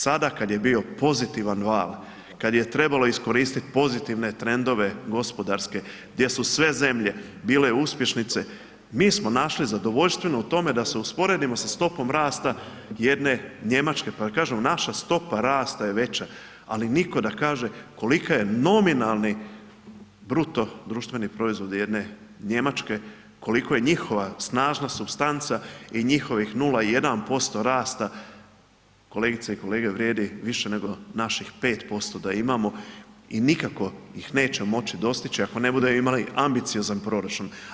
Sada kad je bio pozitivan bal, kad je trebalo iskoristiti pozitivne trendove gospodarske, gdje su sve zemlje bile uspješnice, mi smo našli zadovoljštinu u tome da usporedimo sa stopom rasta jedne Njemačke pa kažemo naša stopa rasta je veća, ali nitko da kaže koliko je nominalni BDP jedne Njemačke, koliko je njihova snažna supstanca i njihovih 0,1 rasta, kolegice i kolege vrijedi više nego naših 5% da imamo i nikako ih nećemo moći dostići ako ne budemo imali ambiciozan proračun.